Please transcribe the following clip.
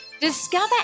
discover